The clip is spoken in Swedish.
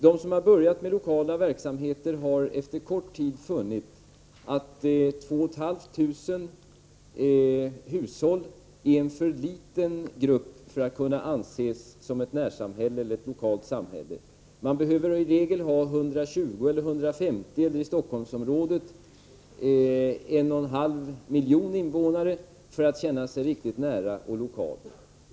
De som har börjat med lokala verksamheter har efter kort tid funnit att 2 500 hushåll är en för liten grupp för att kunna betraktas som ett närsamhälle eller ett lokalt samhälle. Man behöver i regel ha 120 000 eller 150 000, i Stockholmsområdet en och en halv miljon, invånare för att känna sig riktigt nära och lokal.